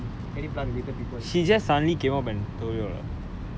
my mom say she didn't like get any food from any blood related people